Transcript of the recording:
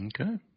Okay